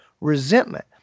resentment